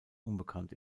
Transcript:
unbekannt